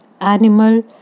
animal